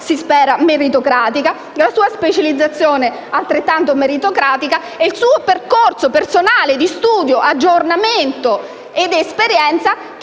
(si spera meritocratica), una specializzazione altrettanto meritocratica e abbia effettuato un percorso personale di studio, di aggiornamento ed esperienze, che